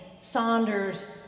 Saunders